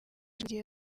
igihe